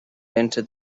entered